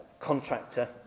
contractor